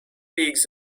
pigs